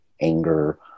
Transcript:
anger